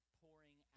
pouring